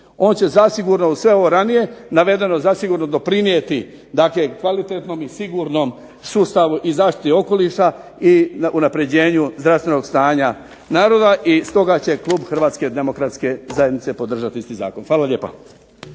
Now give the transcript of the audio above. On će zasigurno, uz sve ovo ranije navedeno zasigurno doprinijeti dakle kvalitetnom i sigurnom sustavu i zaštiti okoliša i unapređenju zdravstvenog stanja naroda i stoga će klub Hrvatske demokratske zajednice podržati isti zakon. Hvala lijepa.